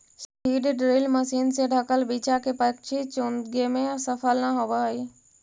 seed drill machine से ढँकल बीचा के पक्षी चुगे में सफल न होवऽ हई